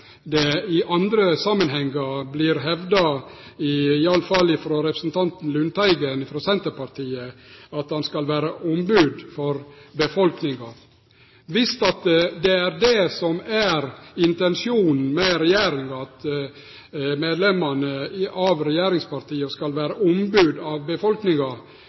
det i andre samanhengar vert hevda, i alle fall frå representanten Lundteigen frå Senterpartiet, at han skal vere ombod for befolkninga. Viss det er det som er intensjonen med regjeringa, at medlemer av regjeringspartia skal vere ombod for befolkninga,